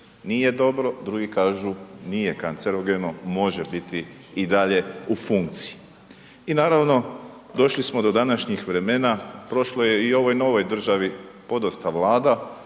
nije dobro, drugi kažu nije kancerogeno, može biti i dalje u funkciji. I naravno došli smo do današnjih vremena, prošlo je i u ovoj novoj državi podosta Vlada